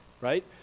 right